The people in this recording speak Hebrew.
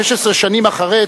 15 שנים אחרי,